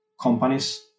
companies